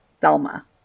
Thelma